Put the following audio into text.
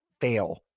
fail